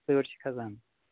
تۭرٕ چھِ کھسان